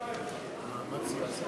היא הייתה עושה את זה אצלה בקדנציה קודמת.